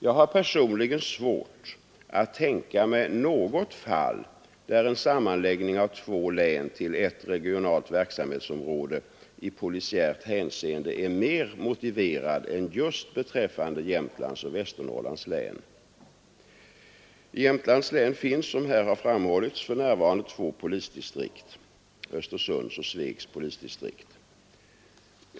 Jag har personligen svårt att tänka mig något fall där en sammanläggning av två län till ett regionalt verksamhetsområde i polisiärt hänseende är mer motiverad än just beträffande Jämtlands och Västernorrlands län. I Jämtlands län finns som här har framhållits för närvarande två polisdistrikt, Östersunds och Svegs polisdistrikt.